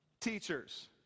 teachers